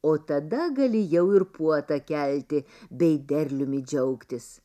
o tada gali jau ir puotą kelti bei derliumi džiaugtis